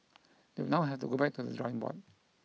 they now have to go back to the drawing board